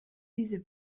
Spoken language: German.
diese